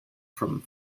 from